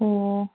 ꯑꯣ